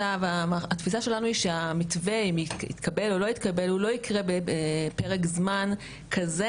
התפיסה שלנו שהמתווה אם יתקבל או לא יתקבל הוא לא יתקבל בפרק זמן כזה